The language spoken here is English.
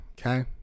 Okay